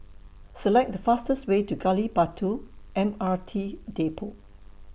Select The fastest Way to Gali Batu M R T Depot